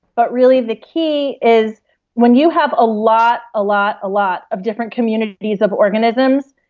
but really the key is when you have a lot, a lot, a lot of different communities of organisms,